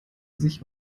sich